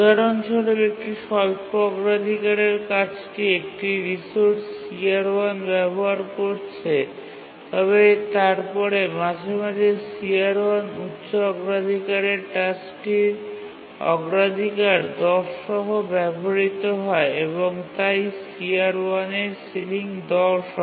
উদাহরণস্বরূপ একটি স্বল্প অগ্রাধিকারের কাজটি একটি রিসোর্স CR1 ব্যবহার করছে তবে তারপরে মাঝে মাঝে CR1 উচ্চ অগ্রাধিকারের টাস্কটির অগ্রাধিকার ১০ সহ ব্যবহৃত হয় এবং তাই CR1 এর সিলিং ১০ হয়